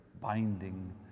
binding